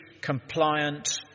compliant